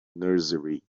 nursery